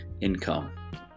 income